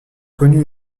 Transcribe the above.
connu